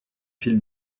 fil